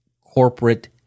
corporate